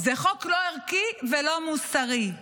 זה חוק לא ערכי ולא מוסרי.